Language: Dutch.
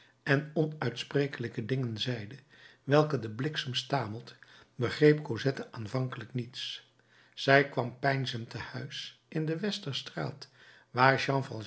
en onuitsprekelijke dingen zeiden welke de blik stamelt begreep cosette aanvankelijk niets zij kwam peinzend te huis in de westerstraat waar